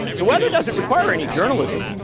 the weather doesn't require any journalism.